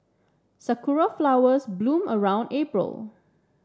sakura flowers bloom around April